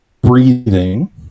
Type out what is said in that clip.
breathing